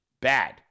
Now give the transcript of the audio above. bad